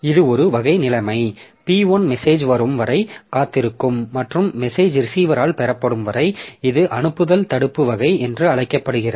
இது ஒரு வகை நிலைமை P1 மெசேஜ் வரும் வரை காத்திருக்கும் மற்றும் மெசேஜ் ரிசீவரால் பெறப்படும் வரை இது அனுப்புதல் தடுப்பு வகை என்று அழைக்கப்படுகிறது